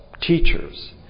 teachers